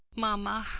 mamma,